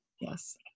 Yes